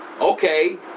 okay